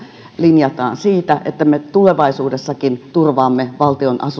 linjataan siitä että me tulevaisuudessakin turvaamme valtion